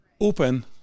open